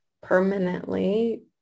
permanently